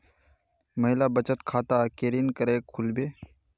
महिला बचत खाता केरीन करें खुलबे